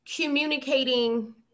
communicating